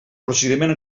procediment